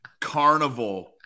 Carnival